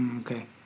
Okay